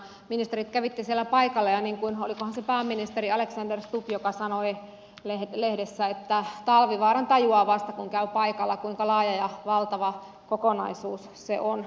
ministerit kävitte siellä paikalla ja niin kuin olikohan se pääministeri alexander stubb sanoi lehdessä talvivaarasta tajuaa vasta kun käy paikalla kuinka laaja ja valtava kokonaisuus se on